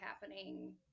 happening